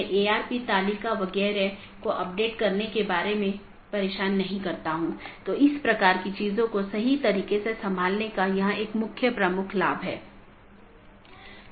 संदेश भेजे जाने के बाद BGP ट्रांसपोर्ट कनेक्शन बंद हो जाता है